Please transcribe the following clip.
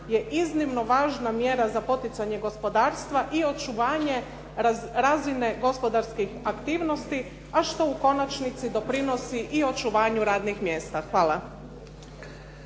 je iznimno važna mjera za poticanje gospodarstva i očuvanje razine gospodarskih aktivnosti, a što u konačnici doprinosi i očuvanju radnih mjesta. Hvala.